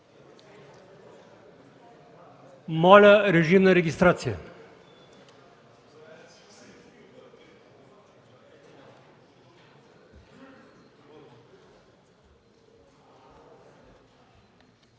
Моля, режим на регистрация.